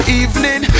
evening